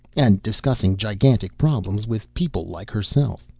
and discussing gigantic problems with people like herself.